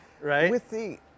right